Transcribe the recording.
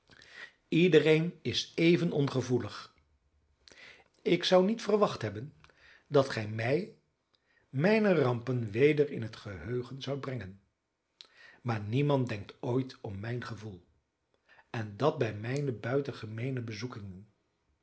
iedereen is even ongevoelig ik zou niet verwacht hebben dat gij mij mijne rampen weder in het geheugen zoudt brengen maar niemand denkt ooit om mijn gevoel en dat bij mijne buitengemeene bezoekingen